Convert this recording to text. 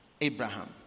Abraham